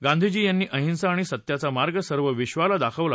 गांधीजी यांनी अहिंसा आणि सत्याचा मार्ग सर्व विधाला दाखवला